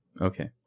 Okay